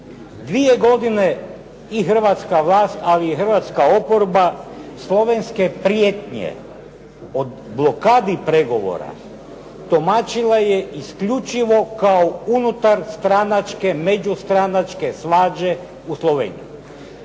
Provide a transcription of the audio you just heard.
Dvije godine i hrvatska vlast, ali i hrvatska oporba slovenske prijetnje odblokadi pregovora tumačila je isključivo kao unutarstranačke, međustranačke svađe u Sloveniji.